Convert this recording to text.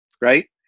right